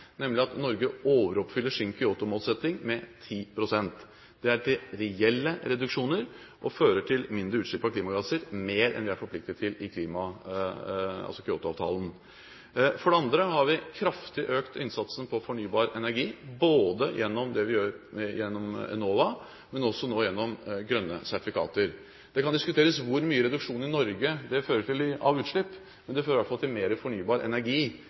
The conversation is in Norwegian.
nemlig at Norge overoppfyller sin Kyoto-målsetting med 10 pst. Det er reelle reduksjoner, og det fører til mindre utslipp av klimagasser – mer enn vi er forpliktet til i Kyoto-avtalen. For det andre har vi økt innsatsen på fornybar energi kraftig, både gjennom det vi gjør gjennom Enova, og også nå gjennom grønne sertifikater. Det kan diskuteres hvor mye reduksjon av utslipp det vil føre til i Norge, men det fører i hvert fall til mer fornybar energi,